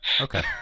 Okay